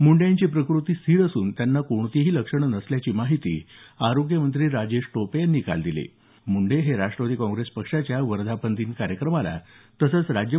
मुंडे यांची प्रकृती स्थिर असून त्यांना कोणतीही लक्षणं नसल्याची माहिती आरोग्यमंत्री राजेश टोपे यांनी काल मुंडे हे राष्ट्रवादी काँग्रेस पक्षाच्या वर्धापन दिन कार्यक्रम आणि राज्य दिली